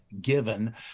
given